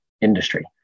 industry